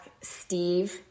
Steve